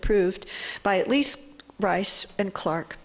approved by at least rice and clark